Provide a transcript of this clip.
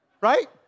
right